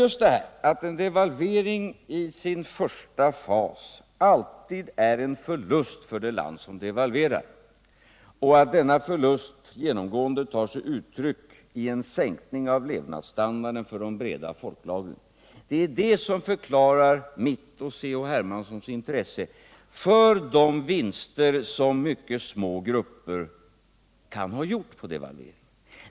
Just detta att en devalvering i sin första fas alltid är en förlust för det land som devalverar och att den förlusten tar sig uttryck i en sänkning av levnadsstandarden för de breda folklagren är det som förklarar mitt och C.-H. Hermanssons intresse för de vinster som mycket små grupper kan ha gjort på devalveringen.